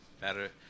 better